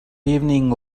evening